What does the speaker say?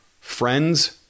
Friends